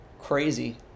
crazy